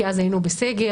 כי אז היינו בסגר,